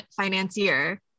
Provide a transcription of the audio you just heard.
financier